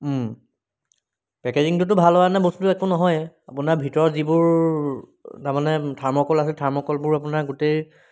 পেকেজিংটোতো ভাল হোৱা হয় বস্তটো একো নহয়েই আপোনাৰ ভিতৰৰ যিবোৰ তাৰমানে থাৰ্মকোল আছিলে থাৰ্মকোলবোৰ আপোনাৰ গোটেই